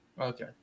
okay